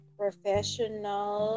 professional